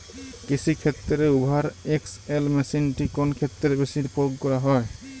কৃষিক্ষেত্রে Hoover XL মেশিনটি কোন ক্ষেত্রে বেশি প্রয়োগ করা হয়?